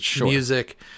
music